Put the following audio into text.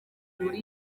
muri